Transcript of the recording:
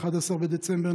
11 בדצמבר,